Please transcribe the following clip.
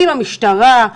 עם המשטרה,